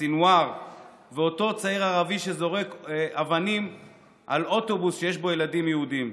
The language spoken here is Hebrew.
סנוואר ואותו צעיר ערבי שזורק אבנים על אוטובוס שיש בו ילדים יהודים.